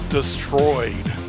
Destroyed